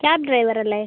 cab ഡ്രൈവറല്ലേ